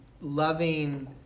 loving